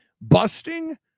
busting